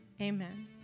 Amen